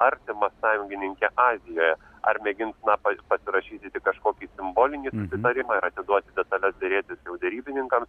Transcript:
artima sąjungininke azijoje ar mėgins na pasirašyti tik kažkokį simbolinį susitarimą ir atiduoti detales derėtis derybininkams